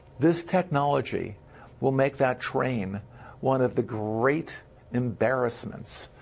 this technology will make that train one of the great embarrassments